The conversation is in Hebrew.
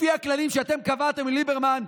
לפי הכללים שאתם קבעתם עם ליברמן,